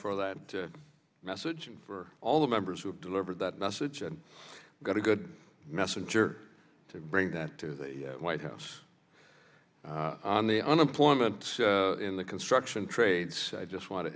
for that message and for all the members who have delivered that message and got a good messenger to bring that to the white house on the unemployment in the construction trades i just want to